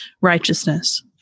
righteousness